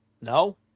no